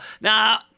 Now –